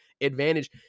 advantage